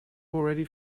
already